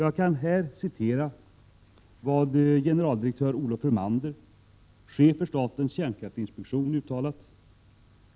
Jag kan här citera vad generaldirektör Olof Hörmander, chef för statens kärnkraftsinspektion, uttalat.